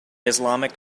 islamic